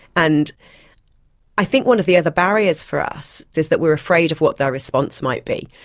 and i think one of the other barriers for us is that we are afraid of what their response might be,